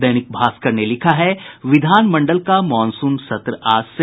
दैनिक भास्कर ने लिखा है विधानमंडल का मॉनसून सत्र आज से